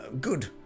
good